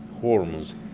hormones